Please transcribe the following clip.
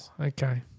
Okay